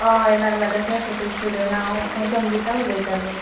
हय लागलादासा फोटो स्टुडियोन हांव संगिता उलयतालें